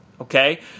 okay